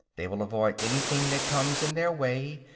they will avoid anything that comes in their way,